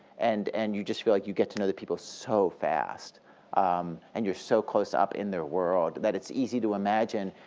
and and you just feel like you get to know the people so fast um and you're so close up in their world that it's easy to imagine,